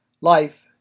Life